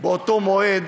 באותו מועד